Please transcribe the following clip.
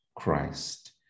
Christ